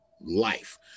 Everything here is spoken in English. life